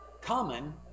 common